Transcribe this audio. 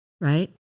right